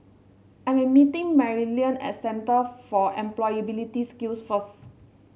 I am meeting Maryellen at Centre for Employability Skills first